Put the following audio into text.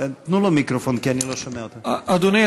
אדוני,